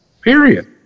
Period